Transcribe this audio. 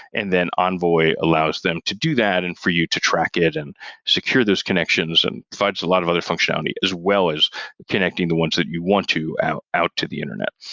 and then envoy allows them to do that and for you to track it and secure those connections and provides a lot of other functionality as well as connecting the ones that you want to out out to the internet.